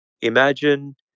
Imagine